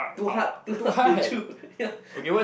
too hard too hard to chew ya